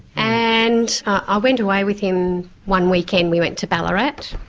and i went away with him one weekend, we went to ballarat,